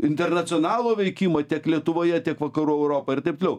internacionalo veikimą tiek lietuvoje tiek vakarų europoj ir taip toliau